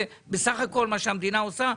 בסך הכול מה שהמדינה עושה,